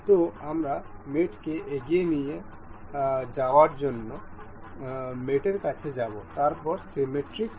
সুতরাং আমরা মেটকে এগিয়ে নিয়ে যাওয়ার জন্য মেটর কাছে যাব তারপর সিমিট্রিক এক